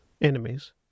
enemies